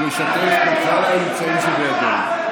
ולשתף בכלל האמצעים שבידינו.